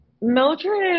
Mildred